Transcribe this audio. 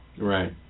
Right